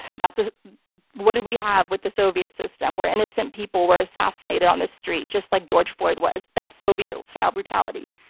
ah what do we have with the soviet system where innocent people were assassinated on the street just like george floyd was, that's soviet-style brutality.